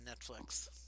Netflix